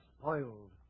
spoiled